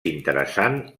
interessant